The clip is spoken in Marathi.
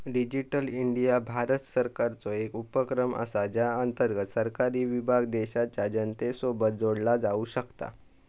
डिजीटल इंडिया भारत सरकारचो एक उपक्रम असा ज्या अंतर्गत सरकारी विभाग देशाच्या जनतेसोबत जोडला जाऊ शकता